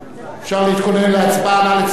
אפשר להתכונן להצבעה, נא לצלצל.